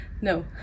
No